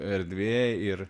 erdvė ir